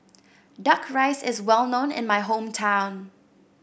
duck rice is well known in my hometown